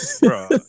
Bro